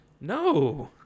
No